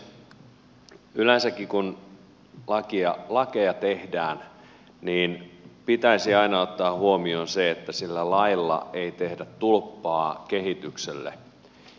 yleensäkin kun lakeja tehdään niin pitäisi aina ottaa huomioon se että sillä lailla ei tehdä tulppaa kehitykselle